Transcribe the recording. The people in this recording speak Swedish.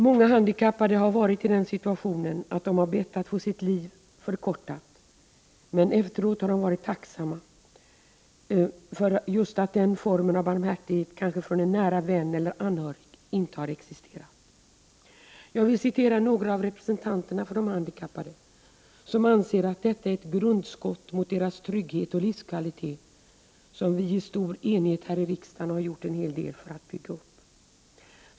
Många handikappade har varit i den situationen att de har bett att få sitt liv förkortat, men efteråt har de varit tacksamma för att den formen av barmhärtighet, kanske från en nära vän eller anhörig, inte har existerat. Jag vill citera några av representanterna för de handikappade som anser att fängelsestraffkommitténs förslag, om det genomfördes, vore ett grundskott mot deras trygghet och livskvalitet, som vi i stor enighet här i riksdagen har gjort en hel del för att bygga upp.